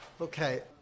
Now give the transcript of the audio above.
Okay